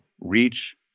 reach